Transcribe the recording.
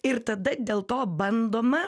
ir tada dėl to bandoma